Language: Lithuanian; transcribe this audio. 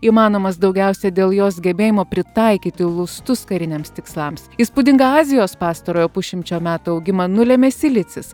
įmanomas daugiausia dėl jos gebėjimo pritaikyti lustus kariniams tikslams įspūdingą azijos pastarojo pusšimčio metų augimą nulėmė silicis